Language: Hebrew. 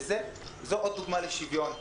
וזו עוד דוגמה לשוויון.